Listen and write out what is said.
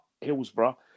Hillsborough